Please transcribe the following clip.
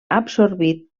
absorbit